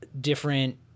different